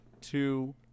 two